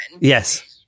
Yes